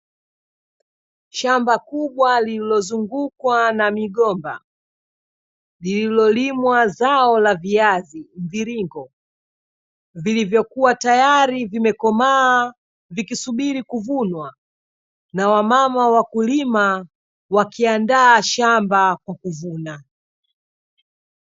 Shamba kubwa lililozungukwa na migomba lililolimwa zao la viazi mviringo, vilivyokuwa tayari vimekomaa vikisubiri kuvunwa na wamama wakulima wakiandaa shamba kwa kuvuna.